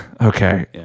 Okay